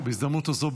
ובהזדמנות הזו,